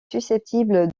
susceptible